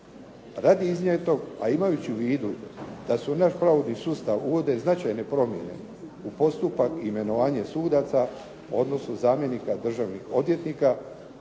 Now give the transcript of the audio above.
Radi iznijetog, a imajući u vidu da se u naš pravosudni sustav uvode značajne promjene u postupak imenovanja sudaca, odnosno zamjenika državnih odvjetnika